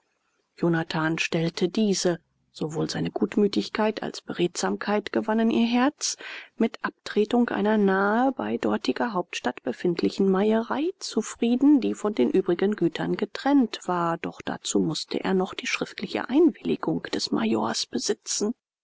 jonathan stellte diese sowohl seine gutmütigkeit als beredsamkeit gewannen ihr herz mit abtretung einer nahe bei dortiger hauptstadt befindlichen meierei zufrieden die von den übrigen gütern getrennt war doch dazu mußte er noch die schriftliche einwilligung des majors besitzen